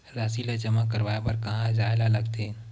राशि ला जमा करवाय बर कहां जाए ला लगथे